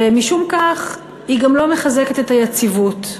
ומשום כך היא גם לא מחזקת את היציבות,